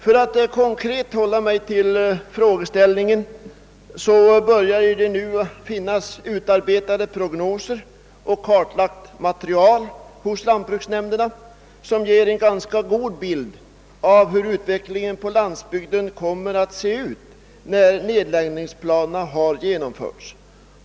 För att hålla mig till den konkreta frågeställningen vill jag framhålla, att det nu börjar finnas utarbetade prognoser och kartläggningar hos lantbruksnämnderna, som ger en ganska god bild av hur förhållandena på landsbygden kommer att se ut när nedläggningsplanerna har genomförts.